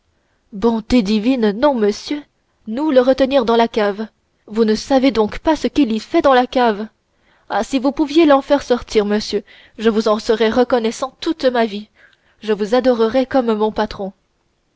bonté divine non monsieur nous le retenir dans la cave vous ne savez donc pas ce qu'il y fait dans la cave ah si vous pouviez l'en faire sortir monsieur je vous en serais reconnaissant toute ma vie vous adorerais comme mon patron